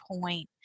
point